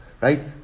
Right